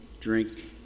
Drink